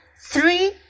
three